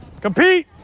Compete